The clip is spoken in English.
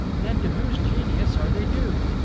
then, to whose genius are they due?